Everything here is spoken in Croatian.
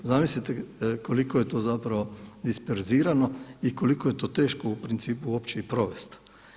Zamislite koliko je to zapravo disperzirano i koliko je to teško u principu uopće i provesti.